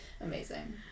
Amazing